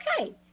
okay